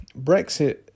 Brexit